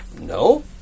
No